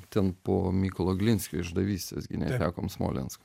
ten po mykolo glinskio išdavystės gi netekom smolensko